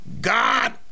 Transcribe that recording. God